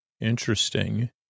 Interesting